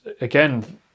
again